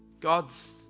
God's